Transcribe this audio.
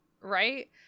Right